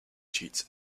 cheats